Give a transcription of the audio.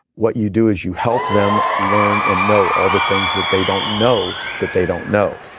what you do is you help them learn and know all the things that they don't know that they don't know.